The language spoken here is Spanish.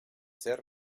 ser